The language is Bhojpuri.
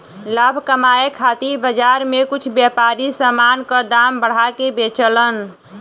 लाभ कमाये खातिर बाजार में कुछ व्यापारी समान क दाम बढ़ा के बेचलन